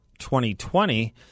2020—